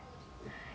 oh